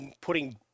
putting